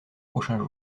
prochains